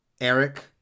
Eric